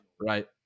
right